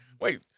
wait